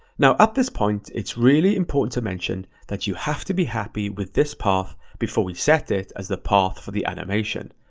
now at this point, it's really important to mention that you have to be happy with this path before we set it as the path for the animation.